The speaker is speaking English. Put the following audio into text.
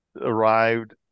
arrived